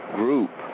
group